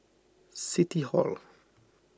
City Hall